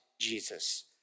Jesus